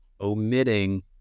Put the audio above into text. omitting